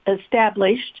established